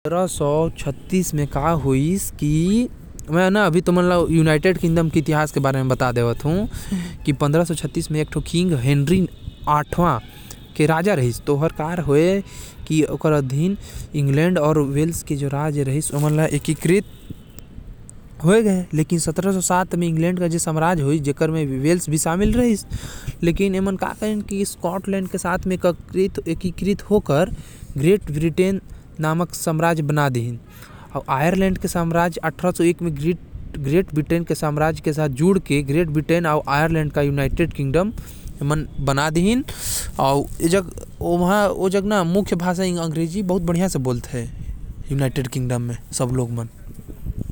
सत्रा सौ सात म इंग्लैंड के राजा हेनरी आठ अउ किंग विल्लिअम्स स्कॉटलैंड के साथ मिलके ग्रेट ब्रिटेन बना देहीन। अट्ठारह सौ एक म आयरलैंड अउ ग्रेट ब्रिटेन ला मिलाके एमन यूनाइटेड किंगडम बना देहीन। यहा के मन अंग्रेजी अच्छा बोलथे।